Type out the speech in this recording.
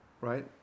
right